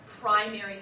primary